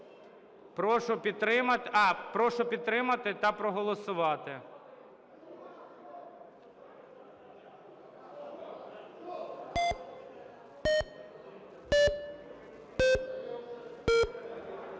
Прошу підтримати та проголосувати.